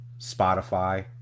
Spotify